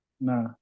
Nah